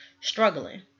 struggling